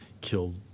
killed